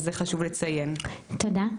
תודה.